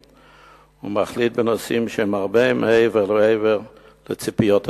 ומחליט בנושאים שהם הרבה מעבר לציפיות הציבור.